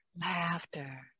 Laughter